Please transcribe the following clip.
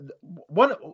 one